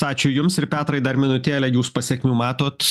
ačiū jums ir petrai dar minutėlę jūs pasekmių matot